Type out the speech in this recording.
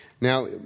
Now